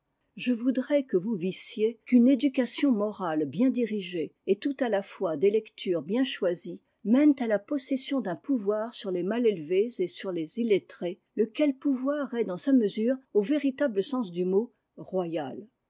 je voudrais que vous vissiez qu'une éducation morale bien dirigée et tout à la fois des lectures bien choisies mènent à la possession d'un pouvoir sur les mal élevés et sur les illettrés lequel pouvoir est dans sa mesure au véritable sens du mot royal